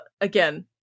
again